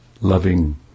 loving